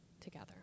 together